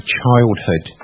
childhood